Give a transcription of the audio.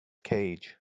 cage